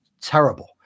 terrible